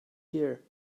here